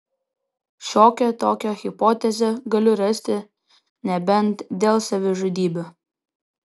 šiokią tokią hipotezę galiu rasti nebent dėl savižudybių